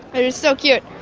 they're just so cute.